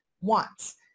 wants